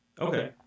Okay